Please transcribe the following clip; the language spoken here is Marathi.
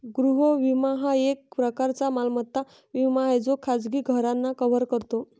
गृह विमा हा एक प्रकारचा मालमत्ता विमा आहे जो खाजगी घरांना कव्हर करतो